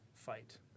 fight